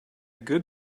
good